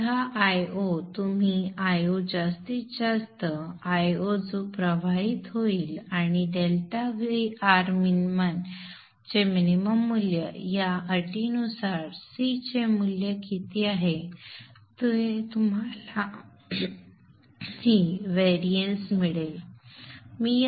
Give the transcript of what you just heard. तर हा Io तुम्ही Io जास्तीत जास्त जास्तीत जास्त Io जो प्रवाहित होईल आणि ∆Vrmin चे मिनिमम मूल्य या अटींनुसार C चे मूल्य किती आहे ते तुम्हाला ही भिन्नता मिळेल